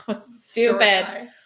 Stupid